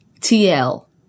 T-L